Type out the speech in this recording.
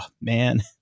man